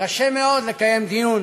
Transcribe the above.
קשה מאוד לקיים דיון